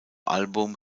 album